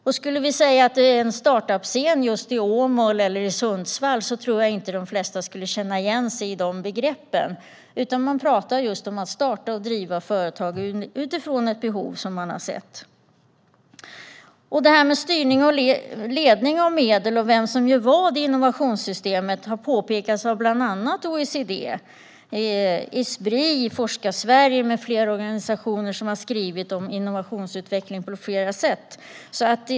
Om vi talar om en startup-scen i Åmål eller Sundsvall skulle de flesta nog inte känna igen sig i detta begrepp. De talar om att starta och driva företag utifrån ett behov som de har sett. Detta med styrning och ledning av medel och vem som gör vad i innovationssystemet har det kommit påpekanden om från OECD, Esbri och Forska Sverige. Även andra organisationer har skrivit om innovationsutveckling på olika sätt.